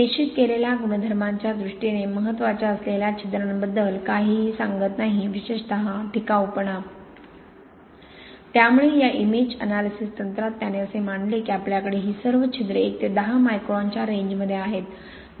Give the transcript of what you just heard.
हे निश्चित केलेल्या गुणधर्मांच्या दृष्टीने महत्त्वाच्या असलेल्या छिद्रांबद्दल काहीही सांगत नाही विशेषत टिकाऊपणा त्यामुळे या इमेज अॅनालिसिस तंत्रात त्याने असे मानले की आपल्याकडे ही सर्व छिद्रे 1 ते 10 मायक्रॉनच्या रेंजमध्ये आहेत